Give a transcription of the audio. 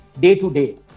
day-to-day